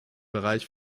bereich